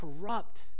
corrupt